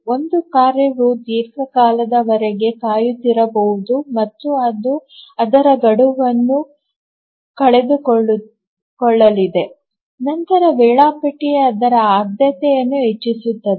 ಒಂದು ಕಾರ್ಯವು ದೀರ್ಘಕಾಲದವರೆಗೆ ಕಾಯುತ್ತಿರಬಹುದು ಮತ್ತು ಅದು ಅದರ ಗಡುವನ್ನು ಕಳೆದುಕೊಳ್ಳಲಿದೆ ನಂತರ ವೇಳಾಪಟ್ಟಿ ಅದರ ಆದ್ಯತೆಯನ್ನು ಹೆಚ್ಚಿಸುತ್ತದೆ